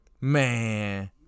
Man